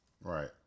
right